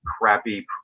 crappy